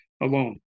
alone